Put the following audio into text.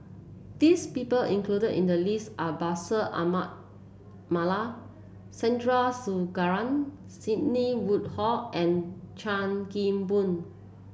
these people included in the list are Bashir Ahmad Mallal Sandrasegaran Sidney Woodhull and Chan Kim Boon